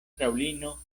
fraŭlino